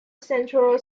central